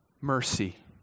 mercy